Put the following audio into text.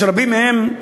רבים מהם,